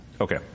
Okay